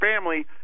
family